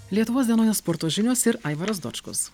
lietuvos dienoje sporto žinios ir aivaras dočkus